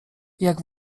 jak